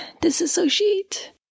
disassociate